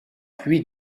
puis